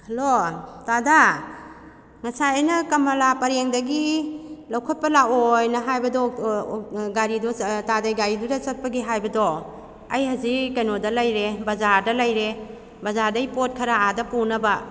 hello ꯇꯥꯗꯥ ꯉꯁꯥꯏ ꯑꯩꯅ ꯀꯃꯂꯥ ꯄꯔꯦꯡꯗꯒꯤ ꯂꯧꯈꯠꯄ ꯂꯥꯛꯑꯣ ꯍꯥꯏꯅ ꯍꯥꯏꯕꯗꯣ ꯒꯥꯔꯤꯗꯣ ꯇꯥꯗꯩ ꯒꯥꯔꯤꯗꯨꯗ ꯆꯠꯄꯒꯤ ꯍꯥꯏꯕꯗꯣ ꯑꯩ ꯍꯧꯖꯤꯛ ꯀꯩꯅꯣꯗ ꯂꯩꯔꯦ ꯕꯖꯥꯔꯗ ꯂꯩꯔꯦ ꯕꯖꯥꯔꯗꯩ ꯄꯣꯠ ꯈꯔ ꯑꯥꯗ ꯄꯨꯅꯕ